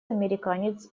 американец